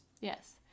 Yes